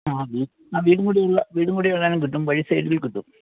ആ ആ വീടും കൂടിയുള്ള വീടും കൂടി ഉള്ളതാണേൽ കിട്ടും വഴി സൈഡിൽ കിട്ടും